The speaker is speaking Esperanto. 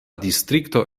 distrikto